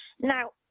Now